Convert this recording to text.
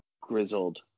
grizzled